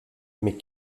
mais